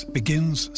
begins